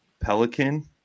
Pelican